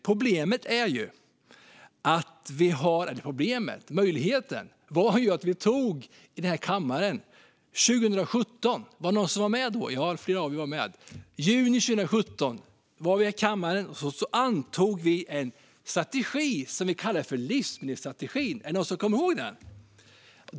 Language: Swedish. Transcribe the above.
Vi antog nämligen här i kammaren i juni 2017 - flera av er var med då - en strategi som vi kallade för livsmedelsstrategin. Är det någon som kommer ihåg den?